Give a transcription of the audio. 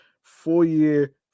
four-year